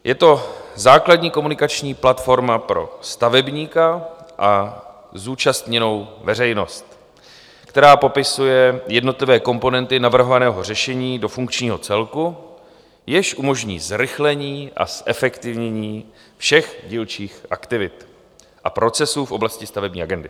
Je to základní komunikační platforma pro stavebníka a zúčastněnou veřejnost, která popisuje jednotlivé komponenty navrhovaného řešení do funkčního celku, jenž umožní zrychlení a zefektivnění všech dílčích aktivit a procesů v oblasti stavební agendy.